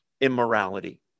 immorality